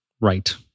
right